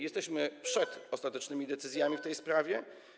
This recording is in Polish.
Jesteśmy przed ostatecznymi decyzjami w tej sprawie.